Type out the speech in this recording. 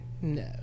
No